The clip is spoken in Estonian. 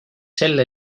selle